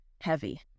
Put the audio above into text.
heavy